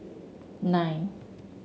nine